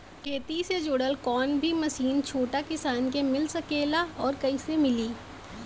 खेती से जुड़ल कौन भी मशीन छोटा किसान के लोन मिल सकेला और कइसे मिली?